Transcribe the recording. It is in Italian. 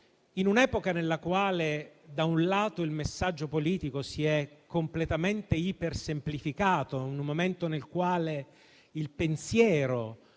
In un'epoca nella quale il messaggio politico si è completamente ipersemplificato, in un momento nel quale il pensiero